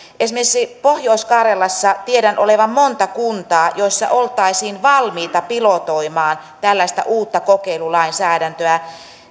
esimerkiksi pohjois karjalassa tiedän olevan monta kuntaa joissa oltaisiin valmiita pilotoimaan tällaista uutta kokeilulainsäädäntöä